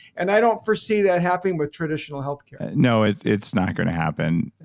and i don't foresee that happening with traditional healthcare no, it's it's not going to happen,